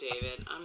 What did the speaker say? David